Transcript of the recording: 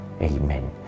Amen